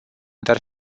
dar